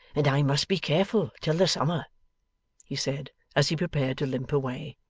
and i must be careful till the summer he said, as he prepared to limp away.